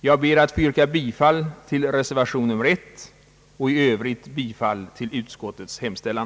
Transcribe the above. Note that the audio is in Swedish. Jag ber att få yrka bifall till reservation nr 1 och i övrigt bifall till utskottets hemställan.